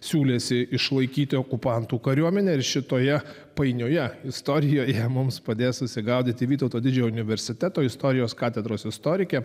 siūlėsi išlaikyti okupantų kariuomenę ir šitoje painioje istorijoje mums padės susigaudyti vytauto didžiojo universiteto istorijos katedros istorikė